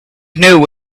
know